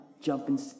jumping